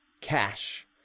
cash